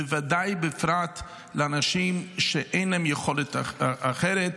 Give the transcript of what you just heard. בוודאי בפרט לאנשים שאין להם יכולת אחרת,